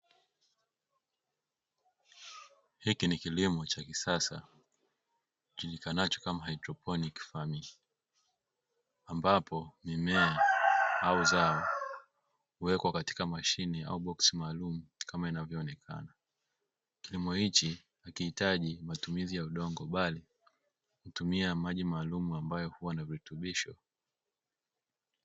Hiki ni kilimo cha kisasa kijulikanacho kama haidroponi, ambapo mimea au zao huwekwa katika mashine au maboksi maalumu kama inavyoonekana. Kilimo hichi hakihitaji matumizi ya udongo, bali hutumia maji maalumu ambayo huwa na virutubisho.